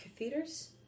catheters